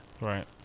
Right